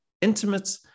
intimate